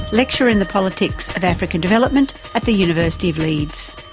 lecturer in the politics of african development at the university of leeds.